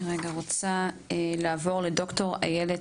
אני רוצה לעבור לאיילת